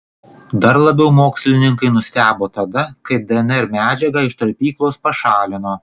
dar labiau mokslininkai nustebo tada kai dnr medžiagą iš talpyklos pašalino